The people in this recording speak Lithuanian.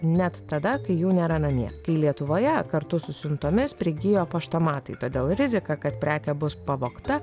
net tada kai jų nėra namie kai lietuvoje kartu su siuntomis prigijo paštomatai todėl rizika kad prekė bus pavogta